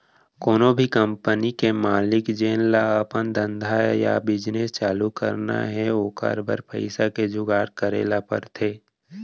कोनो भी कंपनी के मालिक जेन ल अपन धंधा या बिजनेस चालू करना हे ओकर बर पइसा के जुगाड़ करे ल परथे